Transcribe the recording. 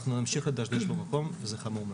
אנחנו נמשיך לדשדש במקום וזה חמור מאוד.